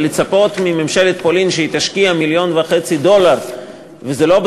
אבל לצפות מממשלת פולין שהיא תשקיע מיליון וחצי דולר בכל